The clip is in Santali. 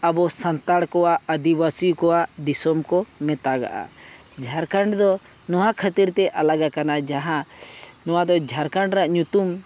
ᱟᱵᱚ ᱥᱟᱱᱛᱟᱲ ᱠᱚᱣᱟᱜ ᱟᱹᱫᱤᱵᱟᱹᱥᱤ ᱠᱚᱣᱟᱜ ᱫᱤᱥᱚᱢ ᱠᱚ ᱢᱮᱛᱟᱜᱟᱜᱼᱟ ᱡᱷᱟᱲᱠᱷᱚᱸᱰ ᱫᱚ ᱱᱚᱣᱟ ᱠᱷᱟᱹᱛᱤᱨ ᱛᱮ ᱟᱞᱟᱠᱠᱟᱱᱟ ᱡᱟᱦᱟᱸ ᱱᱚᱣᱟ ᱫᱚ ᱡᱷᱟᱲᱠᱷᱚᱸᱰ ᱨᱮᱱᱟᱜ ᱧᱩᱛᱩᱢ